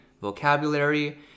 vocabulary